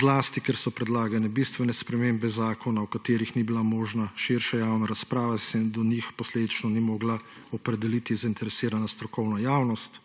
zlasti ker so predlagane bistvene spremembe zakona, o katerih ni bila možna širša javna razprava, in se do njih posledično ni mogla opredeliti zainteresirana strokovna javnost.